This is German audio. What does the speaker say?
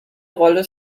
rolle